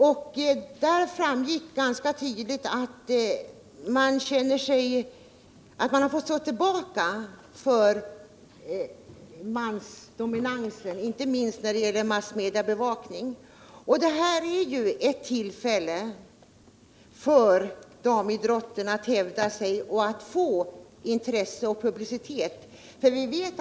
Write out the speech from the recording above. Kvinnoidrotten har fått stå tillbaka för de mansdominerade idrotterna, inte minst vad gäller massmediabevakningen. Det här är ett tillfälle för damidrotten att hävda sig, att skapa intresse och publicitet kring den.